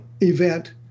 event